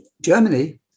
Germany